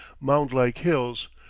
mound-like hills,